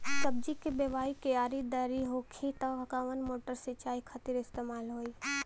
सब्जी के बोवाई क्यारी दार होखि त कवन मोटर सिंचाई खातिर इस्तेमाल होई?